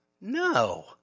No